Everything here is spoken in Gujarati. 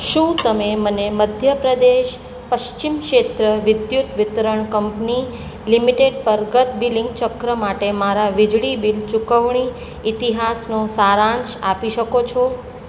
શું તમે મને મધ્યપ્રદેશ પશ્ચિમ ક્ષેત્ર વિદ્યુત વિતરણ કંપની લિમિટેડ પર ગત બિલિંગ ચક્ર માટે મારા વીજળી બિલ ચુકવણી ઇતિહાસનો સારાંશ આપી શકો છો